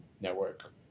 network